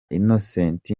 innocente